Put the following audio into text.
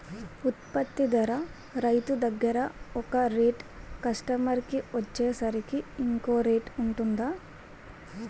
ఉత్పత్తి ధర రైతు దగ్గర ఒక రేట్ కస్టమర్ కి వచ్చేసరికి ఇంకో రేట్ వుంటుందా?